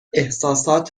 احساسات